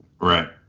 Right